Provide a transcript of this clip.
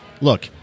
Look